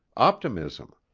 optimism.